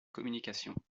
communication